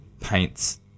paints